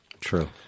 True